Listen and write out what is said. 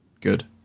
Good